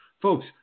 Folks